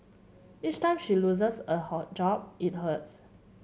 each time she loses a hot job it hurts